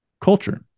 culture